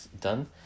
done